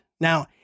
Now